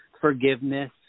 forgiveness